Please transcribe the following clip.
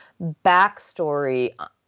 backstory